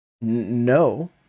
No